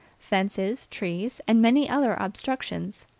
fences, trees, and many other obstructions.